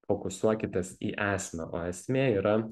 fokusuokitės į esmę o esmė yra